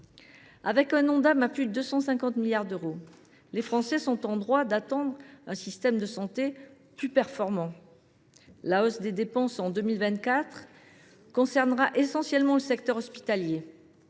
Avec un Ondam à plus de 250 milliards d’euros, les Français sont en droit d’attendre un système de santé plus performant. La hausse des dépenses en 2024 concernera essentiellement le secteur hospitalier.